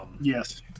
Yes